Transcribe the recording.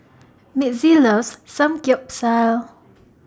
Mitzi loves Samgyeopsal